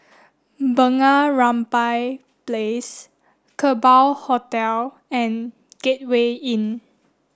Bunga Rampai Place Kerbau Hotel and Gateway Inn